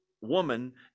woman